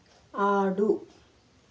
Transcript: ఆడు